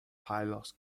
pylos